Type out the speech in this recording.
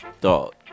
Dog